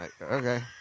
Okay